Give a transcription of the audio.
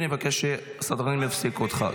אני אבקש שהסדרנים יפסיקו אותך.